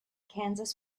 kansas